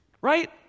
right